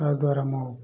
ତା' ଦ୍ୱାରା ମୁଁ